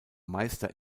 meister